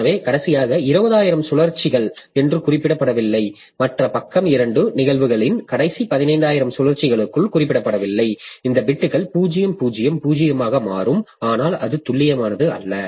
எனவே இரண்டு பக்கங்கள் இருக்கலாம் எனக் குறிப்பிடப்படும் ஒரு பக்கம் கடைசியாக 20000 சுழற்சிகள் என்று குறிப்பிடப்படவில்லை மற்ற பக்கம் இரண்டு நிகழ்வுகளின் கடைசி 15000 சுழற்சிகளுக்கு குறிப்பிடப்படவில்லை இந்த பிட்கள் 0 0 0 ஆக மாறும் ஆனால் அது துல்லியமானது அல்ல